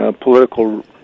political